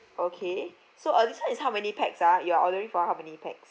okay so uh this one is how many pax ah you're ordering for how many pax